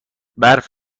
برف